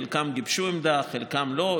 חלקם גיבשו עמדה, חלקם לא.